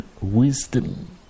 wisdom